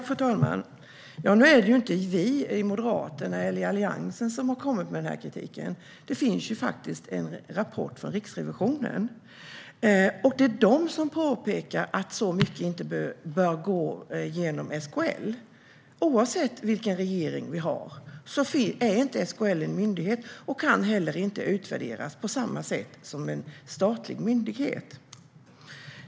Fru talman! Nu är det inte vi i Moderaterna eller i Alliansen som har kommit med denna kritik. Det finns faktiskt en rapport från Riksrevisionen. Det är de som påpekar att så mycket inte bör gå genom SKL. Oavsett vilken regering vi har är inte SKL en myndighet och kan heller inte utvärderas på samma sätt som en statlig myndighet.